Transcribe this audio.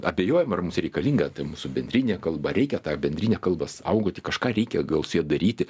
abejojame ar mums reikalinga ta mūsų bendrinė kalba reikia tą bendrinę kalbą saugoti kažką reikia gal su ja daryti